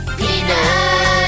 peanut